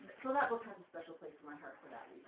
so that book has a special place in my heart for that